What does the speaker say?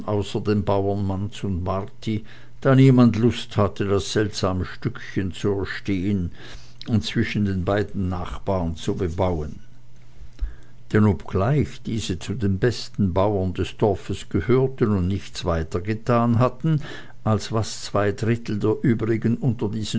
außer den bauern manz und marti da niemand lust hatte das seltsame stückchen zu erstehen und zwischen den zwei nachbaren zu bebauen denn obgleich diese zu den besten bauern des dorfes gehörten und nichts weiter getan hatten als was zwei drittel der übrigen unter diesen